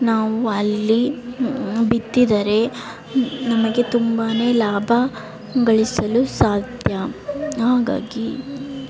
ನಾವು ಅಲ್ಲಿ ಬಿತ್ತಿದರೆ ನಮಗೆ ತುಂಬನೇ ಲಾಭ ಗಳಿಸಲು ಸಾಧ್ಯ ಹಾಗಾಗಿ